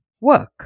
work